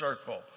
circle